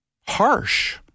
harsh